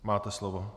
Máte slovo.